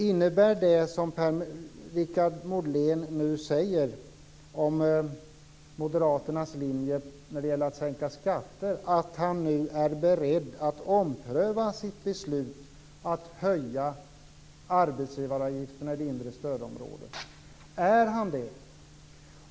Innebär det som Per-Richard Molén nu säger, om moderaternas linje när det gäller att sänka skatter, att han är beredd att ompröva sitt beslut att höja arbetsgivaravgifterna i det inre stödområdet?